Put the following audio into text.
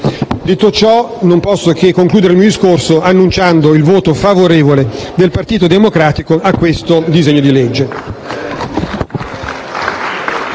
Detto ciò, non posso che concludere il mio discorso dichiarando il voto favorevole del Partito Democratico a questo disegno di legge.